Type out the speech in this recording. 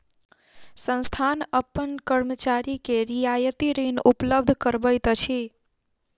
संस्थान अपन कर्मचारी के रियायती ऋण उपलब्ध करबैत अछि